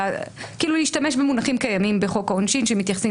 להשתמש במונחים קיימים בחוק העונשין שמתייחסים